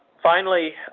finally,